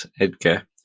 Edgar